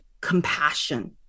compassion